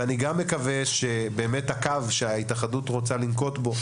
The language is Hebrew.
אני גם מקווה שבאמת הקו שההתאחדות רוצה לנקוט בו,